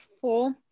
four